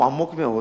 הוא עמוק מאוד,